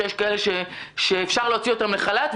שיש כאלה שאפשר להוציא אותם לחל"ת,